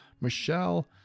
Michelle